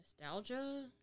Nostalgia